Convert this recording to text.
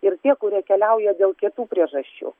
ir tie kurie keliauja dėl kitų priežasčių